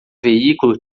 veículo